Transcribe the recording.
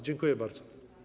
Dziękuję bardzo.